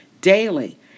daily